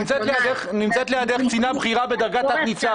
נמצאת לידך קצינה בכירה בדרגת תת-ניצב.